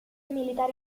militari